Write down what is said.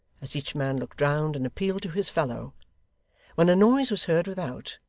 as each man looked round and appealed to his fellow when a noise was heard without,